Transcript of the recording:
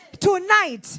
tonight